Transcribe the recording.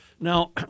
now